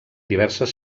diverses